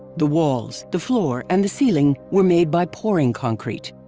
the walls, the floor and the ceiling were made by pouring concrete.